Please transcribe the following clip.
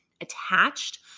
attached